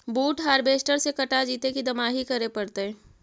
बुट हारबेसटर से कटा जितै कि दमाहि करे पडतै?